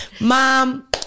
Mom